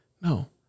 No